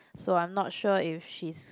so I'm not sure if she's